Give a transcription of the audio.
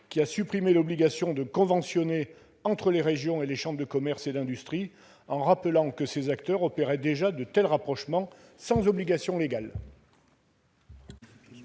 qui a supprimé l'obligation de conventionner entre les régions et les chambres de commerce et d'industrie, en rappelant que ces acteurs opéraient déjà de tels rapprochements, sans obligation légale.